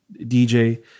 DJ